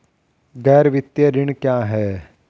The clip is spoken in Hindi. गैर वित्तीय ऋण क्या है?